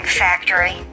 factory